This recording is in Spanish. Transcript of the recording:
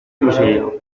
prosiguió